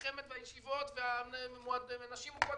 החמ"ד והישיבות ומעון לנשים מוכות,